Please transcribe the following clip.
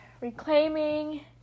reclaiming